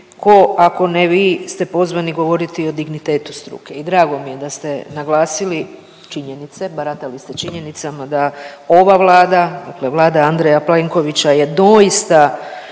ako ne vi ste pozvani govoriti o dignitetu struke i drago mi je da ste naglasili činjenice, baratali ste činjenicama da ova Vlada, dakle Vlada Andreja Plenkovića je doista